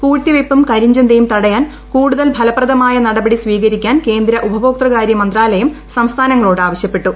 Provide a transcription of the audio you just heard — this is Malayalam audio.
പൂഴ്ത്തിവയ്പും കരിഞ്ചന്തയും തടയാൻ കൂടുതൽ ഫലപ്രദമായ നടപടി സ്വീകരിക്കാൻ കേന്ദ്ര ഉപഭോക്തൃകാരൃ മന്ത്രാലയം സംസ്ഥാനങ്ങളോട് ആവശ്യപ്പെട്ടു